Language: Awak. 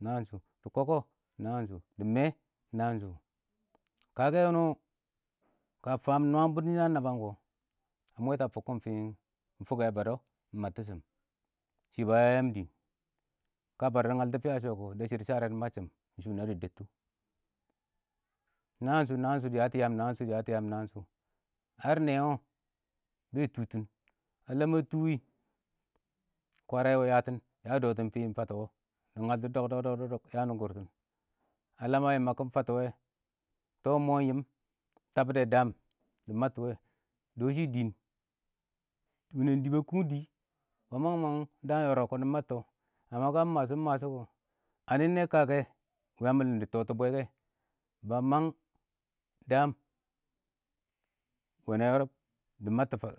nan shʊ dɪ kɔkɔ nashʊ dɪ mee nan shʊ. Kakɛ wʊnɪ ka faam nwaam bʊtʊn shɪn a nabam kɔ, ba mwɛta a fʊktɪn fɪn fʊkɛ bado mɪ m abtishim shɪ ba ya yayam dɪɪn. Ka barɛ dɪ ngaltʊ a fɪya shɔkɔ deb shɪdɔ shashshare matɪshɪm na dɪ debtʊ nanshʊ, naan shʊ na yatʊ yaam hər nɛɛ wɔ bɛɛ tʊtɪn, a lam a tʊ wɪ, kwarɛ ya tɪn, ya dɔ tɪn fɪɪn fatɔ wɔ dɪ ngaltɔ dɔk dɔk, ya nʊngʊrtɪn fɪɪn fatɔ, a lam yɛ mabkɪn fatɔ wɛ, tɔ ɪng mɔ yɪɪm, tabɪdɛ daam dɪ mabtʊ wɛ, dɔshɪ dɪɪ, wʊnəng dii, ba kʊng dɪɪ, ba mangɪm mangɪm daam yɔrɔb kɔn dɪ mabtɔ ka mɪ mashɔ mɪ mashɔ kɔ, ani nɛ kakɛ wɪ a mɪlɪm dɪ tɔtɔ bwɛ kɛ, ba mang daam wɛnɛ yɔrɔb dɪ mabtɔ fatɔ.